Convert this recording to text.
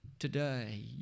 Today